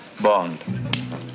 Bond